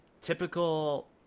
typical